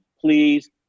please